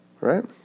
right